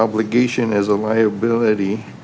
obligation is a liability